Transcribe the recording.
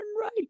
right